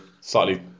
slightly